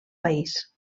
país